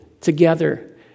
together